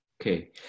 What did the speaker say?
Okay